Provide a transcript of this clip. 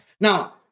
Now